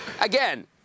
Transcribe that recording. Again